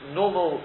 normal